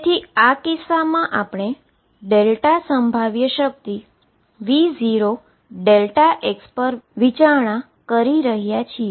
તેથી આ કિસ્સામાં કે આપણે δ પોટેંશિઅલ V0δ પર વિચારણા કરી રહ્યા છીએ